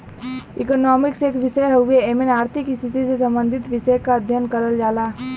economics एक विषय हउवे एमन आर्थिक स्थिति से सम्बंधित विषय क अध्ययन करल जाला